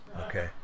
Okay